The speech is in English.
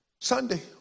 Sunday